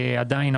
ועדיין,